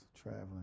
traveling